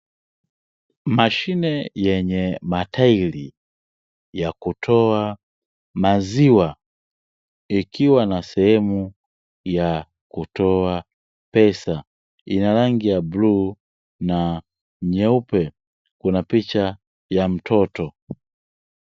Mashine yenye matairi yakutoa maziwa ikiwa na seemu yakutoa pesa, inarangi ya bluu na nyeupe, kuna picha ya mtoto.